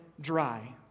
dry